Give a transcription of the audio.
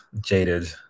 jaded